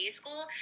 school